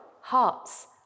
hearts